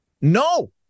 No